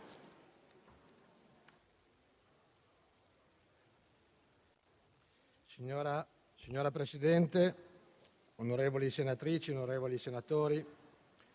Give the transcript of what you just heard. Signor Presidente, onorevoli senatrici e onorevoli senatori,